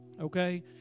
Okay